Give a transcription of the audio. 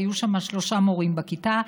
והיו שם שלושה מורים בכיתה,